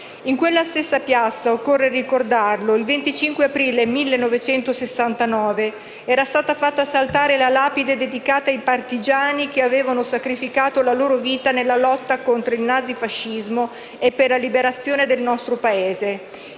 In quella stessa piazza, occorre ricordarlo, il 25 aprile 1969 era stata fatta saltare la lapide dedicata ai partigiani che avevano sacrificato la loro vita nella lotta contro il nazifascismo e per la liberazione del nostro Paese.